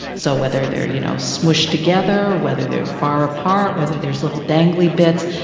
so whether they are you know smooshed together, whether they are far apart, whether there's little dangly bits,